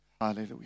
Hallelujah